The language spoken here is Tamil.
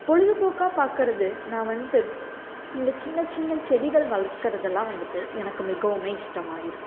பொழுதுப்போக்காக பார்க்கறது நான் வந்துட்டு இந்த சின்ன சின்ன செடிகள் வளர்க்கிறதுலாம் வந்துட்டு எனக்கு மிகவுமே இஷ்டமாக இருக்கும்